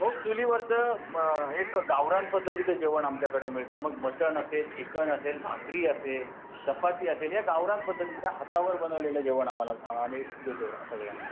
हो चुलीवरचं म एक गावरान पद्धतीचं जेवण आमच्याकडे मिळतं मग मटण असेल चिकन असेल भाकरी असेल चपाती असेल या गावरान पद्धतीच्या हातावर बनवलेलं जेवण आम्हाला आम्ही देतो सगळ्यांना